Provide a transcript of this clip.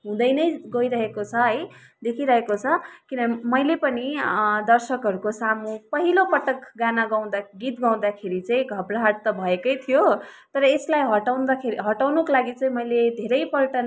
हुँदै नै गइरहेको छ है देखिरहेको छ किन मैले पनि दर्शकहरूको सामु पहिलोपटक गाना गाउँदा गीत गाउँदाखेरि चाहिँ घबराहट त भएकै थियो तर यसलाई हटाउँदाखेरि हटाउनुको लागि चाहिँ मैले धेरैपल्ट नै